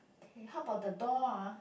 okay how about the door ah